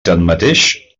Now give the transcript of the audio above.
tanmateix